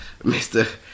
Mr